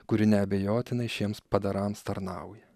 kuri neabejotinai šiems padarams tarnauja